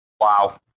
Wow